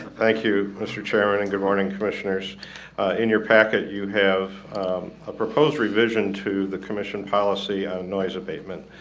thank you mr. chairman and good morning commissioners in your packet you have a proposed revision to the commission policy of noise abatement